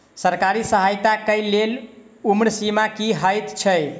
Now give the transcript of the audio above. सरकारी सहायता केँ लेल उम्र सीमा की हएत छई?